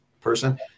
person